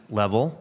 level